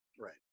Right